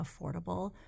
affordable